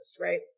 right